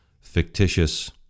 fictitious